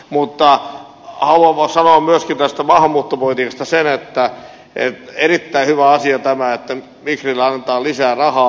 mutta haluan sanoa myöskin tästä maahanmuuttopolitiikasta sen että erittäin hyvä asia on tämä että migrille annetaan lisää rahaa